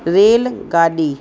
rail गाॾी